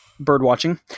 birdwatching